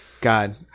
God